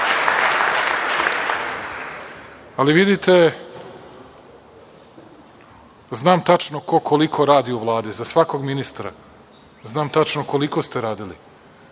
vidite, znam tačno ko koliko radi u Vladi, za svakog ministra. Znam tačno koliko ste radili.